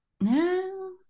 No